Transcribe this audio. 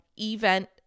event